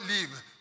leave